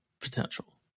potential